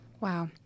Wow